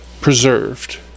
preserved